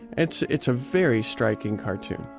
it's it's a very striking cartoon.